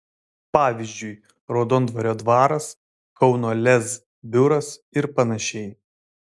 pavyzdžiui raudondvario dvaras kauno lez biuras ir panašiai